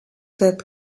that